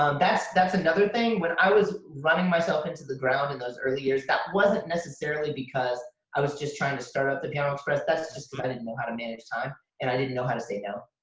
um that's that's another thing. when i was running myself into the ground in those early years, that wasn't nescessarily because i was just trying to start up the piano express, that's just but know how to manage time and i didn't know how to say no.